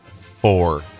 Four